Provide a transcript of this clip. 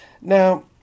now